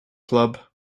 club